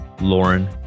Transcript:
Lauren